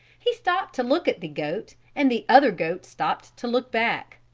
he stopped to look at the goat and the other goat stopped to look back.